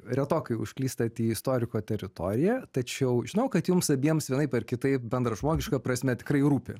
retokai užklystat į istoriko teritoriją tačiau žinau kad jums abiems vienaip ar kitaip bendražmogiška prasme tikrai rūpi